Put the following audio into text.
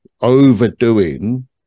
overdoing